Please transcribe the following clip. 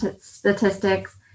statistics